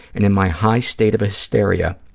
and in my high state of hysteria,